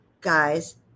guys